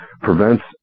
prevents